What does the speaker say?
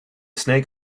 snake